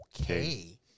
Okay